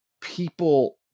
people